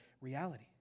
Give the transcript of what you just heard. reality